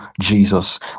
jesus